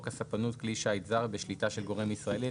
הספנות (כלי שיט זר בשליטה של גורם ישראלי),